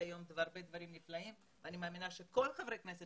היום הרבה דברים נפלאים ואני מאמינה שכל חברי הכנסת